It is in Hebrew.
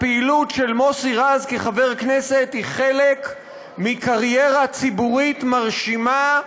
הפעילות של מוסי רז כחבר כנסת היא חלק מקריירה ציבורית מרשימה,